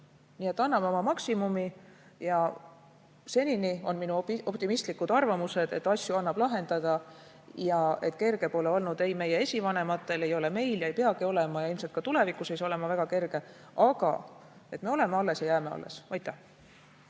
Nii et anname oma maksimumi. Senini on minu optimistlik arvamus selline, et asju annab lahendada. Kerge pole olnud ei meie esivanematel ega meil, ei peagi olema, ja ilmselt ka tulevikus ei hakka olema väga kerge, aga me oleme alles ja jääme alles. Mario